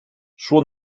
suo